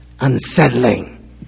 Unsettling